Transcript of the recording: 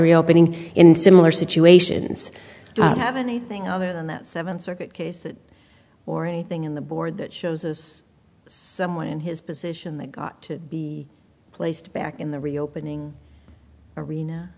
reopening in similar situations have anything other than that seventh circuit case or anything in the board that shows us someone in his position that got placed back in the reopening arena